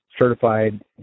certified